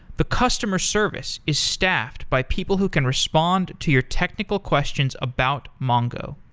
the customer service is staffed by people who can respond to your technical questions about mongo.